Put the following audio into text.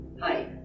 Hi